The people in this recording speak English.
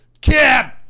Kim